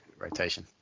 rotation